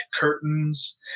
curtains